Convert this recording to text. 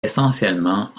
essentiellement